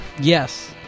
Yes